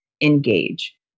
engage